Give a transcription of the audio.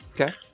Okay